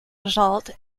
result